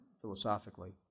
philosophically